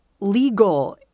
legal